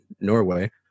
Norway